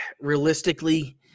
realistically